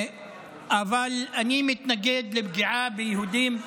אבל אני מתנגד לפגיעה ביהודים,